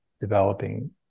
developing